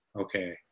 okay